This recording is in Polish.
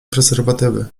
prezerwatywy